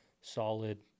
solid